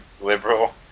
liberal